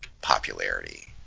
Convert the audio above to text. popularity